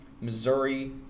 Missouri